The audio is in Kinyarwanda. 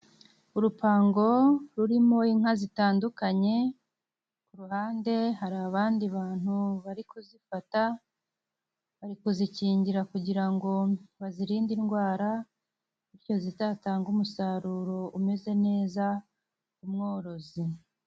Urupangu rurimo inka zitandukanye, ku ruhande hari abandi bantu bari kuzifata bari kuzikingira, kugira ngo bazirinde indwara, bityo zizatange umusaruro umeze neza ku mworozi.